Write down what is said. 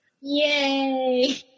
Yay